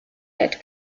had